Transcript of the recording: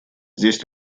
здесь